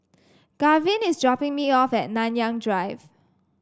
Garvin is dropping me off Nanyang Drive